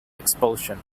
expulsion